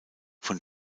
von